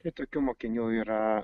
tai tokių mokinių yra